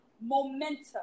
momentum